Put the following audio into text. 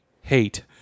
hate